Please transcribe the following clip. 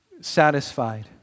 satisfied